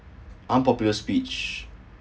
unpopular speech